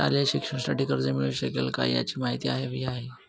शालेय शिक्षणासाठी कर्ज मिळू शकेल काय? याची माहिती हवी आहे